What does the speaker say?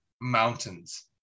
mountains